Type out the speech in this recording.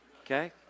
Okay